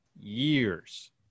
years